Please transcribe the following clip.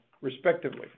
respectively